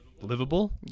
livable